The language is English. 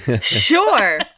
Sure